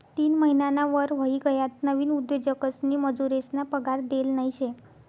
तीन महिनाना वर व्हयी गयात नवीन उद्योजकसनी मजुरेसना पगार देल नयी शे